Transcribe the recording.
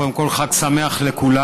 קודם כול, חג שמח לכולם.